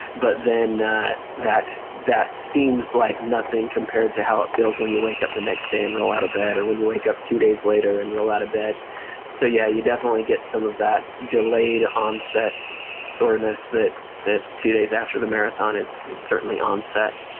but then that that seems like nothing compared to how it feels when you wake up the next day and roll out of bed, or when you wake up two days later and roll out of bed so yeah, you definitely get some of that delayed onset soreness that that two days after the marathon is is certainly onset.